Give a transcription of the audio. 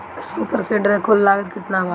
Super seeder के कुल लागत केतना बा?